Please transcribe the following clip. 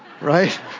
right